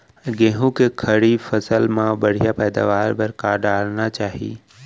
गेहूँ के खड़ी फसल मा बढ़िया पैदावार बर का डालना चाही?